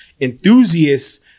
enthusiasts